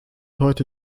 heute